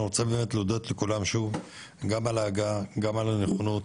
אני רוצה באמת להודות לכולם שוב על ההגעה וגם על הנכונות.